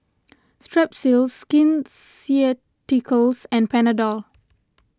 Strepsils Skin Ceuticals and Panadol